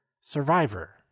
Survivor